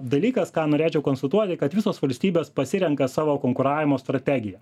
dalykas ką norėčiau konstatuoti kad visos valstybės pasirenka savo konkuravimo strategiją